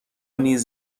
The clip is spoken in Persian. نیز